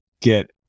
get